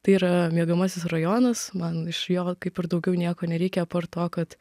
tai yra miegamasis rajonas man iš jo kaip ir daugiau nieko nereikia apart to kad